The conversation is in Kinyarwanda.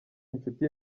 inshuti